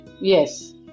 yes